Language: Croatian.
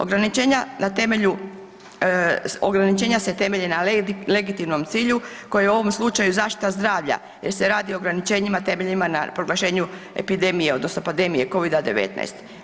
Ograničenja na temelju, ograničenja se temelje na legitimnom cilju koji je u ovom slučaju zaštita zdravlja jer se radi o ograničenjima temeljima na proglašenju epidemije odnosno pandemije Covida-19.